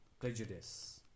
prejudice